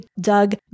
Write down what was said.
Doug